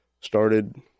started